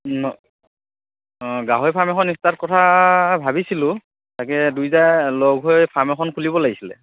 ন অঁ গাহৰি ফাৰ্ম এখন ষ্টাৰ্ট কথা ভাবিছিলোঁ তাকে দুইটাই লগ হৈ ফাৰ্ম এখন খুলিব লাগিছিলে